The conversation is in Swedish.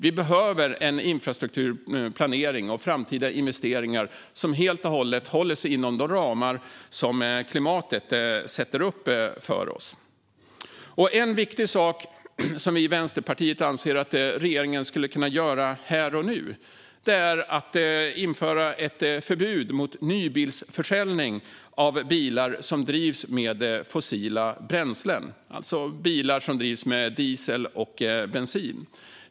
Vi behöver en infrastrukturplanering och framtida investeringar som helt och hållet håller sig inom de ramar som klimatet sätter upp för oss. En viktig sak som vi i Vänsterpartiet anser att regeringen skulle kunna göra här och nu är att införa ett förbud mot nybilsförsäljning av bilar som drivs med fossila bränslen, alltså bilar som drivs med diesel och bensin.